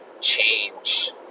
change